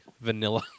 vanilla